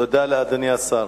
תודה לאדוני השר.